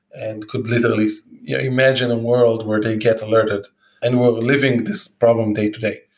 and could literally yeah imagine a world where they get alerted and we're living this problem day-to-day,